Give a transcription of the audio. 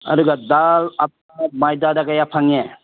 ꯑꯗꯨꯒ ꯗꯥꯜ ꯑꯇꯥ ꯃꯣꯏꯗꯥ ꯀꯌꯥ ꯐꯪꯉꯦ